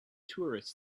tourists